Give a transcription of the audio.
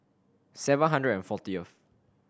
seven hundred and fortieth